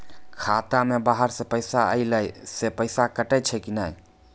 खाता मे बाहर से पैसा ऐलो से पैसा कटै छै कि नै?